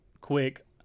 quick